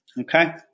Okay